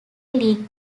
league